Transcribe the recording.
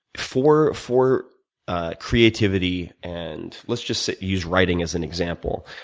for for creativity, and let's just use writing as an example.